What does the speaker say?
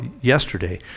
yesterday